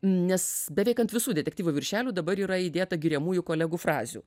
nes beveik ant visų detektyvų viršelių dabar yra įdėta giriamųjų kolegų frazių